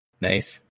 Nice